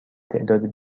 تعداد